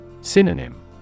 Synonym